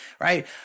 Right